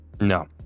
No